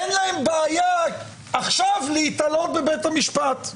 אין להם בעיה להיתלות עכשיו בבית המשפט.